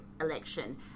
election